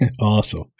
Awesome